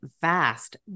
vast